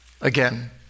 again